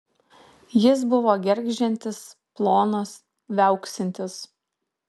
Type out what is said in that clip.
jis buvo gergždžiantis plonas viauksintis